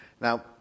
Now